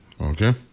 Okay